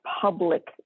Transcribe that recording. public